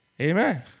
Amen